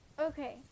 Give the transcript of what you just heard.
Okay